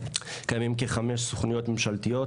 קיימות כחמש סוכנויות ממשלתיות